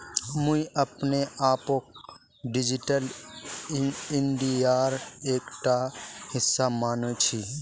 मुई अपने आपक डिजिटल इंडियार एकटा हिस्सा माने छि